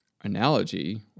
analogy